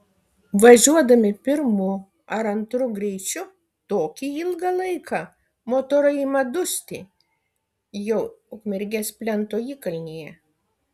važiuodami pirmu ar antru greičiu tokį ilgą laiką motorai ėmė dusti jau ukmergės plento įkalnėje